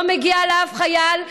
לא מגיע לאף חייל,